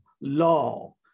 law